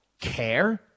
care